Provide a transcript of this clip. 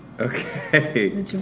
Okay